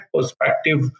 perspective